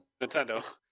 Nintendo